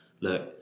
look